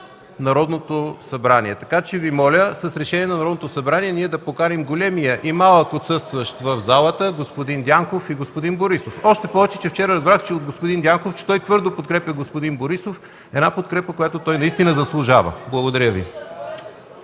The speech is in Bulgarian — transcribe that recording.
ПЕТЪР КУРУМБАШЕВ: Така че Ви моля с решение на Народното събрание ние да поканим големия и малък отсъстващ в залата – господин Дянков и господин Борисов. Още повече, че вчера разбрах от господин Дянков, че той твърдо подкрепя господин Борисов – една подкрепа, която той наистина заслужава. Благодаря Ви.